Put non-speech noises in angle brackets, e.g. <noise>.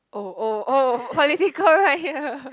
oh oh oh political right <laughs> here